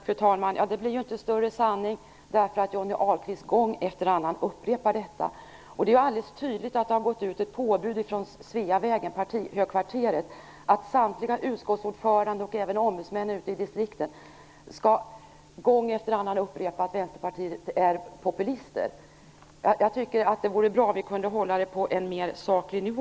Fru talman! Detta blir ju inte en större sanning därför att Johnny Ahlqvist gång efter annan upprepar det. Det är alldeles tydligt att det har gått ut ett påbud från Socialdemokraternas partihögkvarter på Sveavägen om att samtliga utskottsordförande och även ombudsmännen ute i distrikten gång efter annan skall upprepa att Vänsterpartiet är populistiskt. Det vore bra om vi kunde hålla debatten på en mer saklig nivå,